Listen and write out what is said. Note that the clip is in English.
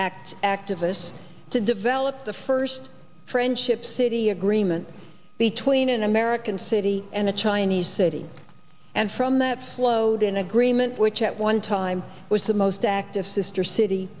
act activists to develop the first friendship city agreement between an american city and a chinese city and from that flowed an agreement which at one time was the most active sister city